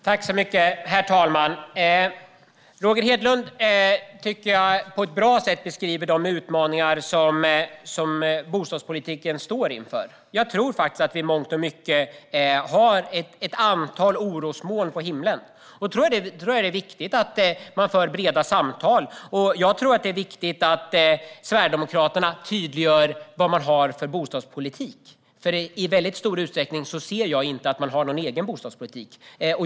Herr talman! Roger Hedlund har på ett bra sätt beskrivit de utmaningar som bostadspolitiken står inför. I mångt och mycket har vi ett antal orosmoln på himlen. Då är det viktigt att man för breda samtal. Det är också viktigt att Sverigedemokraterna tydliggör vad man har för bostadspolitik. Jag ser inte att man har någon egen bostadspolitik.